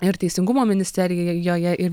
ir teisingumo ministerijojoje ir